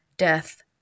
death